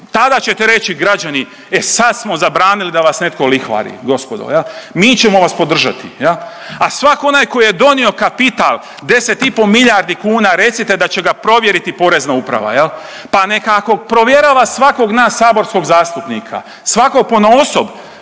tada ćete reći, građani, e sad smo zabranili da vas netko lihvari, gospodo, je li? Mi ćemo vas podržati, a svatko onaj koji je donio kapital, 10 i po' milijardi kuna, recite da će ga provjeriti Porezna uprava, je li? Pa neka, ako provjerava svakog nas saborskog zastupnika, svakog ponaosob